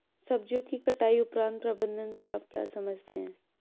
सब्जियों की कटाई उपरांत प्रबंधन से आप क्या समझते हैं?